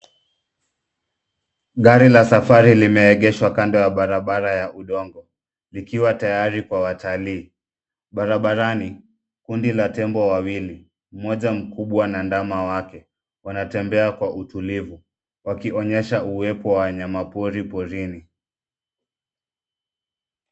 Gari la safari limeegeshwa kando ya barabara ya udongo likiwa tayari kwa watalii. Barabarani, Kundi la tembo wawili, mmoja mkubwa na ndama wake wanatembea kwa utulivu wakionyesha uwepo wa wanyamapori porini.